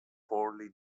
poorly